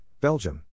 Belgium